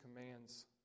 commands